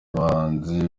bahanzi